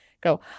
go